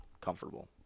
comfortable